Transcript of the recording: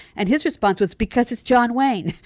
and his response was because it's john wayne.